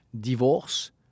divorce